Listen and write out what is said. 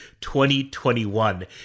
2021